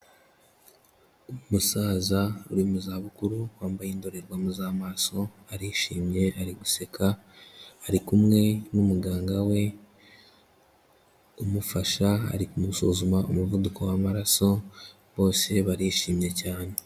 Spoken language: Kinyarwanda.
Umusaza uri mu zabukuru, wambaye indorerwamo z'amaso arishimye ari guseka, ari kumwe n'umuganga we umufasha, ari kumusuzuma umuvuduko w'amaraso bose barishimye cyane.